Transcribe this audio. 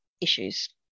issues